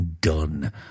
done